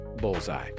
bullseye